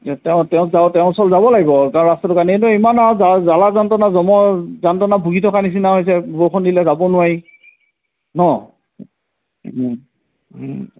এ তেওঁ তেওঁক যা তেওঁৰ ওচৰলৈ যাব লাগিব ৰাস্তাটো এই ইমান আৰু জ্বালা যন্ত্ৰনা যমৰ যান্তনা ভুগি থকা নিচিনা হৈছে বৰষুণ দিলে যাব নোৱাৰি ন